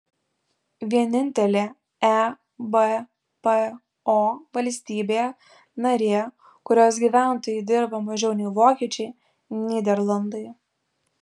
vienintelė ebpo valstybė narė kurios gyventojai dirba mažiau nei vokiečiai nyderlandai